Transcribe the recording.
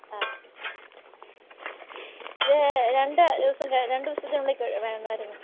ആ രണ്ട് ദിവസം രണ്ട് ദിവസത്തിനുള്ളിൽ വേണമായിരുന്നു